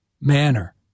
manner